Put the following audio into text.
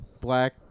black